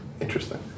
Interesting